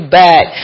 back